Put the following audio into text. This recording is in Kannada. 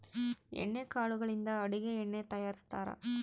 ಎಣ್ಣೆ ಕಾಳುಗಳಿಂದ ಅಡುಗೆ ಎಣ್ಣೆ ತಯಾರಿಸ್ತಾರಾ